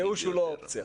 הייאוש הוא לא אופציה.